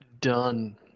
done